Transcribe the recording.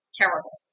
terrible